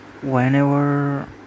whenever